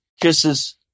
kisses